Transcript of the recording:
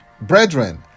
Brethren